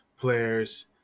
players